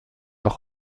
auch